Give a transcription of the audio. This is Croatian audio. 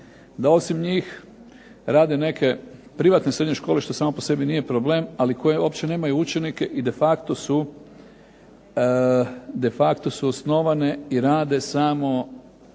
da osim njih rade neke privatne srednje škole što samo po sebi nije problem, ali koje uopće nemaju učenike i de facto su osnovane i rade samo